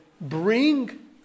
bring